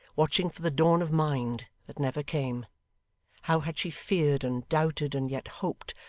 watching for the dawn of mind that never came how had she feared, and doubted, and yet hoped,